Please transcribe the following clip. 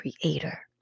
Creator